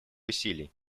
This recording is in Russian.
усилий